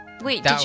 Wait